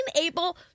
able